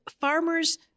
farmers